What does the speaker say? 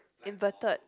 inverted